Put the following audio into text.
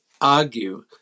argue